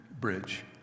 bridge